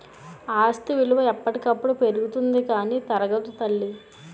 ఆస్తి విలువ ఎప్పటికప్పుడు పెరుగుతుంది కానీ తరగదు తల్లీ